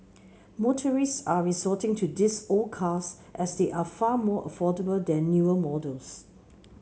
motorists are resorting to these old cars as they are far more affordable than newer models